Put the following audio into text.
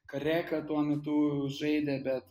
kareka tuo metu žaidė